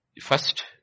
first